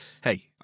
hey